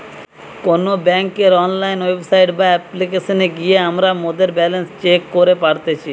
কোনো বেংকের online website বা অপ্লিকেশনে গিয়ে আমরা মোদের ব্যালান্স চেক করি পারতেছি